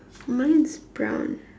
mine is brown